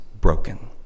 broken